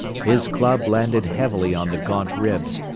his club landed heavily on the gaunt ribs,